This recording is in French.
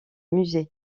musée